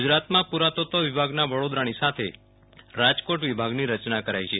ગુજરાતમાં પુરાતત્વ વિભાગના વડોદરાનીસાથે રાજકોટ વિભાગની રચના કરાઈ છે